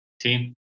team